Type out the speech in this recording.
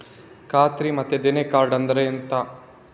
ಖಾತ್ರಿ ಮತ್ತೆ ದೇಣಿ ಕಾರ್ಡ್ ಅಂದ್ರೆ ಎಂತ?